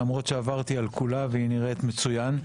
עברתי על כולה והיא נראית מצוין,